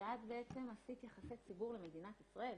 ואת עשית יחסי ציבור למדינת ישראל.